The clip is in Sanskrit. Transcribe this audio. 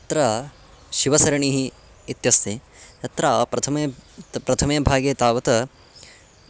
अत्र शिवसरणिः इत्यस्ति तत्र प्रथमे त् प्रथमे भागे तावत्